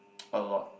a lot